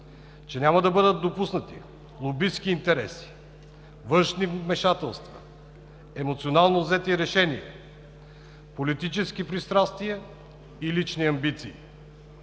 че няма да бъдат допуснати лобистки интереси, външни вмешателства, емоционално взети решения, политически пристрастия и лични амбиции.